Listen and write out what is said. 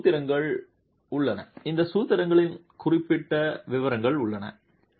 எனவே சூத்திரங்கள் உள்ளன இந்த சூத்திரங்களின் குறிப்பிட்ட விவரங்கள் உள்ளன